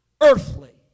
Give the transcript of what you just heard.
earthly